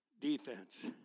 defense